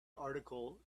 article